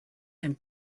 and